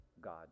God